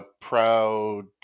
proud